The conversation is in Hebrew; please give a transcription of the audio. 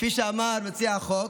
כפי שאמר מציע החוק,